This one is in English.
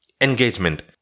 engagement